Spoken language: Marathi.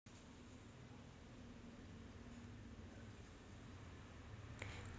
दिवाळखोरीत कर्जाची परतफेड करण्यासाठी वेळ मागू शकतो